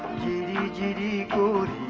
da da da